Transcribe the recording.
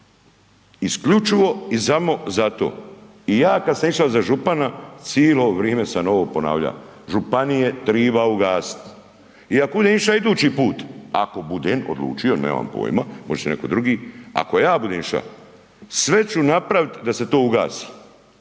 isključivo i samo za to. I ja kad sam išo za župana cilo vrijeme sam ovo ponavljao, županije triba ugasiti. I ako budem išao idući put, ako budem odlučio nemam poima, može se netko drugi, ako ja budem iša, sve ću napravit da se to ugasi.